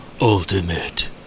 ultimate